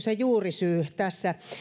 se juurisyy tässä